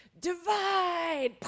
Divide